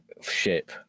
ship